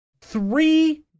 three